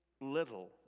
little